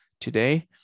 today